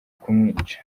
kumwica